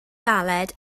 galed